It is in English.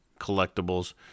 collectibles